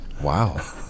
Wow